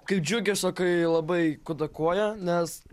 kaip džiugesio kai labai kudakuoja nes